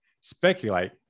speculate